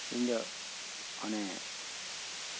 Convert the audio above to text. ᱤᱧ ᱫᱚ ᱚᱱᱮ